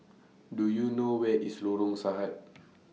Do YOU know Where IS Lorong Sahad